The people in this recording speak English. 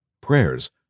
Prayers